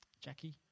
Jackie